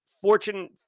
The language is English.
fortune